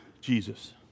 Jesus